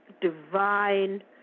divine